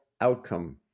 outcome